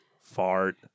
fart